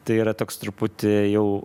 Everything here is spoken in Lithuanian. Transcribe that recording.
tai yra toks truputį jau